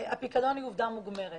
הפיקדון הוא עובדה מוגמרת.